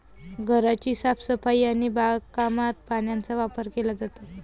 घराची साफसफाई आणि बागकामात पाण्याचा वापर केला जातो